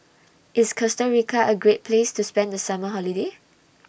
IS Costa Rica A Great Place to spend The Summer Holiday